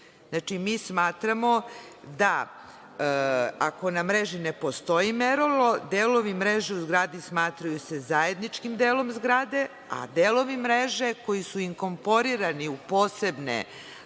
mi smatramo da ako na mreži ne postoji merilo, delovi mreže u zgradi smatraju se zajedničkim delom zgrade, a delovi mreže koji su inkorporirani u posebne